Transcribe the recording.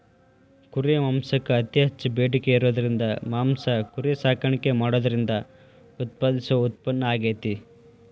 ಕುರಿ ಮಾಂಸಕ್ಕ್ ಅತಿ ಹೆಚ್ಚ್ ಬೇಡಿಕೆ ಇರೋದ್ರಿಂದ ಮಾಂಸ ಕುರಿ ಸಾಕಾಣಿಕೆ ಮಾಡೋದ್ರಿಂದ ಉತ್ಪಾದಿಸೋ ಉತ್ಪನ್ನ ಆಗೇತಿ